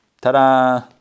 ta-da